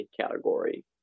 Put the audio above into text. category